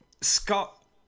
Scott